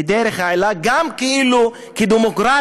ודרך העילה גם כאילו כדמוקרטיה,